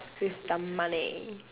with the money